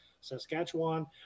Saskatchewan